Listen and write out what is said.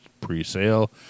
pre-sale